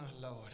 Lord